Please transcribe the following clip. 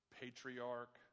patriarch